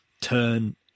turn